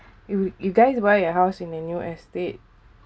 you you guys buy a house in a new estate